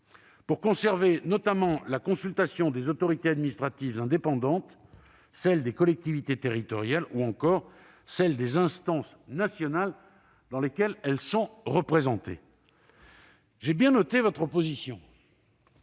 pour conserver notamment la consultation des autorités administratives indépendantes, celle des collectivités territoriales, ou encore celle des instances nationales dans lesquelles elles sont représentées. J'ai bien noté votre opposition